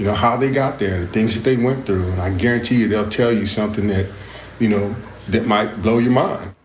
how they got there, the things that they went through and i can guarantee you, they'll tell you something that you know that might blow your mind